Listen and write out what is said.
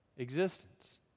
existence